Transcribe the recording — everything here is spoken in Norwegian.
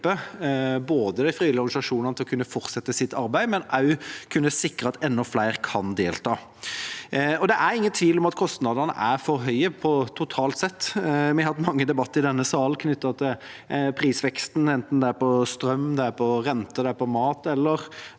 hjelpe de frivillige organisasjonene til å kunne fortsette sitt arbeid og sikre at enda flere kan delta. Det er ingen tvil om at kostnadene er for høye totalt sett. Vi har hatt mange debatter i denne salen knyttet til prisveksten, enten det er på strøm, renter, mat eller